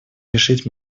решить